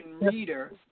reader